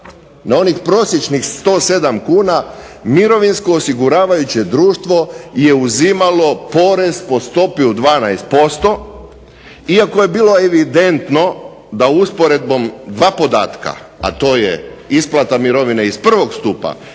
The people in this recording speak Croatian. na onih prosječnih 107 kuna mirovinsko osiguravajuće društvo je uzimalo porez po stopi od 12% iako je bilo evidentno da usporedbom dva podatka, a to je isplata mirovina iz prvog stupa